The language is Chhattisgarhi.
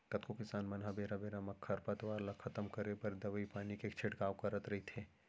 कतको किसान मन ह बेरा बेरा म खरपतवार ल खतम करे बर दवई पानी के छिड़काव करत रइथे